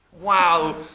Wow